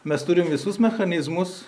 mes turim visus mechanizmus